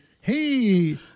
hey